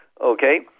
okay